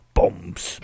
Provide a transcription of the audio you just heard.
bombs